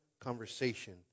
conversation